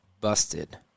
busted